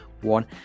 one